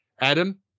Adam